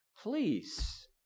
please